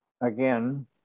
again